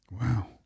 Wow